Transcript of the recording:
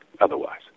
otherwise